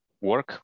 work